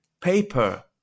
Paper